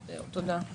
תודה.